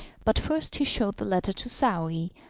but first he showed the letter to saouy,